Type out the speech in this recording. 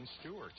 Stewart